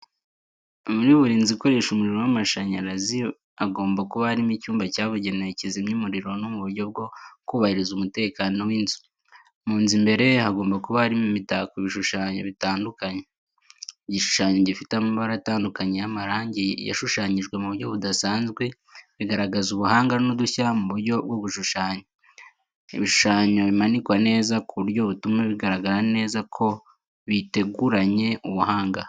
Muri buri nzu ikoresha umuriro w'amashanyarazi, hagomba kuba harimo icyuma cyabugenewe cyizimya umuriro no mu buryo bwo kubahiriza umutekano w'inzu. Mu nzu imbere hagomba kuba harimo imitako, ibishushanyo bitandukanye. Igishushanyo gifite amabara atandukanye y'amarangi yashushanyijwe mu buryo budasanzwe, bigaragaza ubuhanga n’udushya mu buryo bwo gushushanya. Ibishushanyo bimanikwa neza, ku buryo butuma bigaragara neza ko biteguranye ubuhanga.